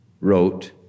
wrote